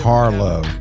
Harlow